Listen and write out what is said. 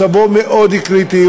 מצבו מאוד קריטי.